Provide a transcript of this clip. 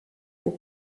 pour